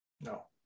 No